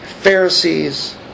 Pharisees